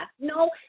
No